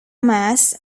mass